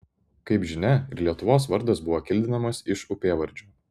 kaip žinia ir lietuvos vardas buvo kildinamas iš upėvardžio